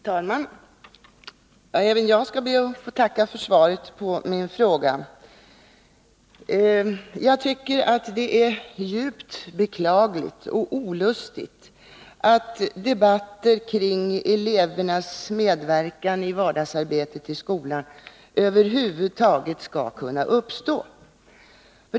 Herr talman! Även jag ber att få tacka statsrådet för svaret. Jag tycker att det är djupt beklagligt och olustigt att debatter kring elevernas medverkan i vardagsarbetet i skolan över huvud taget skall behöva uppstå.